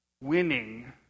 winning